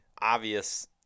obvious